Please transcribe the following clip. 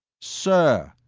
sir,